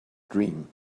dream